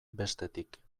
bestetik